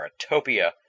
Paratopia